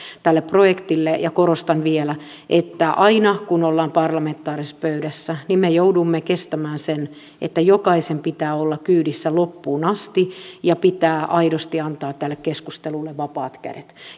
tälle projektille ja korostan vielä että aina kun ollaan parlamentaarisessa pöydässä niin me joudumme kestämään sen että jokaisen pitää olla kyydissä loppuun asti ja pitää aidosti antaa tälle keskustelulle vapaat kädet